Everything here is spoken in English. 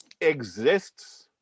Exists